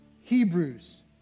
Hebrews